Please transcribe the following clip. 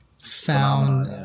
found